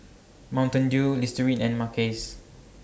Mountain Dew Listerine and Mackays